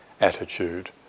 attitude